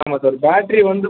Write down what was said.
ஆமாம் sir battery வந்து